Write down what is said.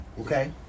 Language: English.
Okay